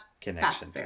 connection